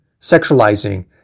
sexualizing